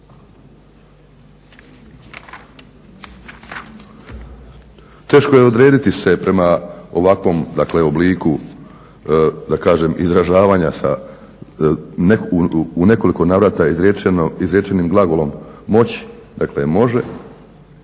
Teško je odrediti se prema ovakvom dakle obliku da kažem izražavanja u nekoliko navrata izrečenim glagolom moći, dakle može,